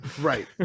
Right